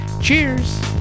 Cheers